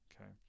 okay